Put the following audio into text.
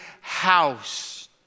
house